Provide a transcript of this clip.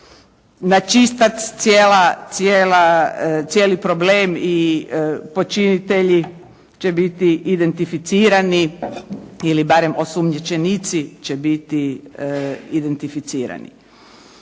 na čistac cijeli problem i počinitelji će biti identificirani ili barem osumnjičenici će biti identificirani.